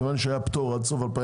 מכיוון שהיה פטור עד 2022,